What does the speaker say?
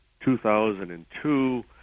2002